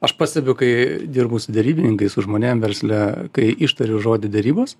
aš pastebiu kai dirbu su derybininkais su žmonėm versle kai ištariu žodį derybos